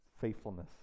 faithfulness